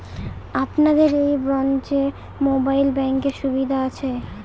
আপনাদের এই ব্রাঞ্চে মোবাইল ব্যাংকের সুবিধে আছে?